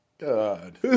God